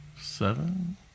seven